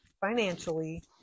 financially